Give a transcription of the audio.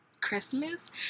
Christmas